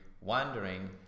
wondering